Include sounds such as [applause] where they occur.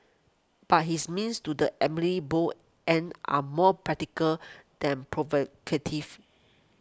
but his means to the [unintelligible] bold end are more practical than provocative